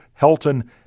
Helton